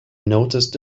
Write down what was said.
noticed